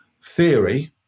theory